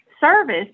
service